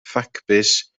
ffacbys